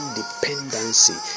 dependency